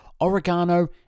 Oregano